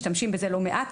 משתמשים בזה לא מעט.